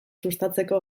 sustatzeko